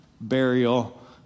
burial